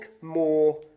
more